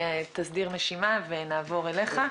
תסדיר נשימה, ונעבור אליך.